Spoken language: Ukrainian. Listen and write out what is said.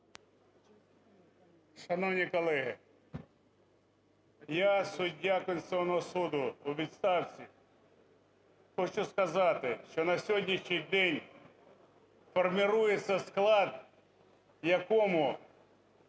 Шановні колеги! Я – суддя Конституційного Суду у відставці, хочу сказати, що на сьогоднішній день формірується склад, в якому